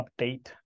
update